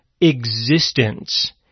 existence